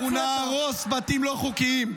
המליאה.) אנחנו נהרוס בתים לא חוקיים.